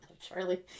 Charlie